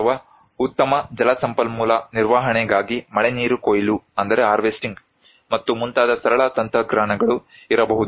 ಅಥವಾ ಉತ್ತಮ ಜಲ ಸಂಪನ್ಮೂಲ ನಿರ್ವಹಣೆಗಾಗಿ ಮಳೆನೀರು ಕೊಯ್ಲು ಮತ್ತು ಮುಂತಾದ ಸರಳ ತಂತ್ರಜ್ಞಾನಗಳು ಇರಬಹುದು